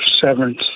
severance